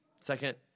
Second